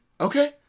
Okay